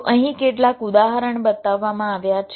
તો અહીં કેટલાક ઉદાહરણ બતાવવામાં આવ્યા છે